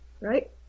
right